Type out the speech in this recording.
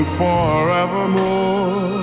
forevermore